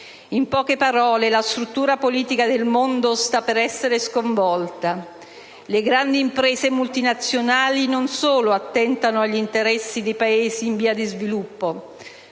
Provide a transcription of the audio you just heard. In poche parole, la struttura politica del mondo sta per essere sconvolta. Le grandi imprese multinazionali non solo attentano agli interessi dei Paesi in via di sviluppo,